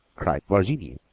cried virginia,